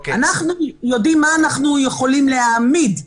אנחנו יודעים מה אנחנו יכולים להעמיד,